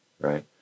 right